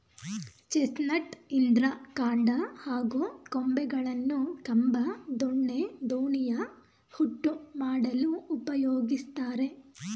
chestnut ಇದ್ರ ಕಾಂಡ ಹಾಗೂ ಕೊಂಬೆಗಳನ್ನು ಕಂಬ ದೊಣ್ಣೆ ದೋಣಿಯ ಹುಟ್ಟು ಮಾಡಲು ಉಪಯೋಗಿಸ್ತಾರೆ